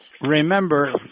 remember